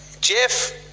Jeff